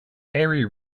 harry